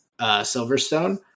Silverstone